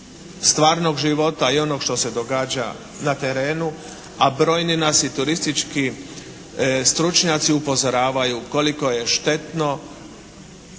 stvarnog života i onog što se događa na teretu, a brojni nas i turistički stručnjaci upozoravaju koliko je štetno